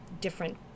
different